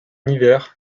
hiver